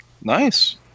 Nice